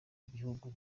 igihugu